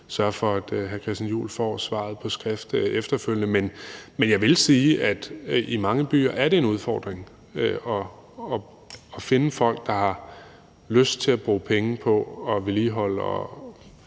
sørge for, at hr. Christian Juhl får svaret på skrift efterfølgende. Men jeg vil sige, at i mange byer er det en udfordring at finde folk, der har lyst til at bruge penge på at vedligeholde